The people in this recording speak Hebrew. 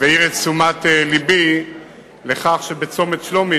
והעיר את תשומת לבי לכך שבצומת שלומי,